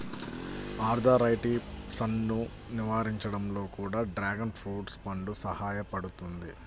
ఆర్థరైటిసన్ను నివారించడంలో కూడా డ్రాగన్ ఫ్రూట్ పండు సహాయపడుతుంది